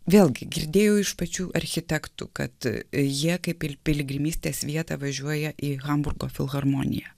vėlgi girdėjau iš pačių architektų kad jie kaip ir piligrimystės vietą važiuoja į hamburgo filharmoniją